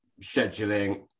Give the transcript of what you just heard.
scheduling